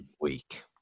week